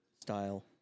style